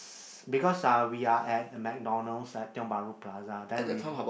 s~ because uh we are at the McDonald's at Tiong-Bahru Plaza then we